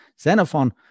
xenophon